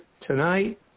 tonight